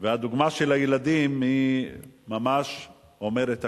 והדוגמה של הילדים היא ממש אומרת הכול.